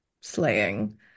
slaying